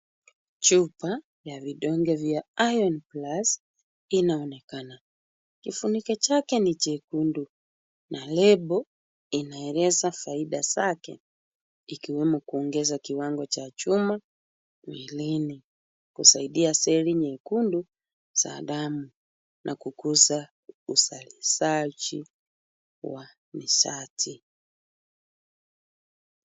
Chupa ya vidonge vya IronPlus inaonekana. Kufuniko chake ni chekundu, na Label inaeleza faida zake, ikiwemo kuongeza kiwango cha chuma mwilini, kusaidia seli nyekundu za dama na kukuza uzalishaji wa nishati.